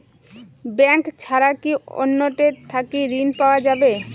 Bank ছাড়া কি অন্য টে থাকি ঋণ পাওয়া যাবে?